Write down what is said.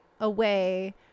away